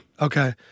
Okay